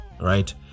right